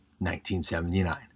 1979